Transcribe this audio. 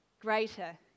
Greater